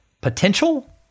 Potential